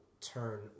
turn